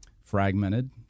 fragmented